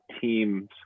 teams